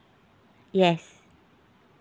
yes